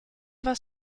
was